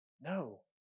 No